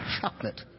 chocolate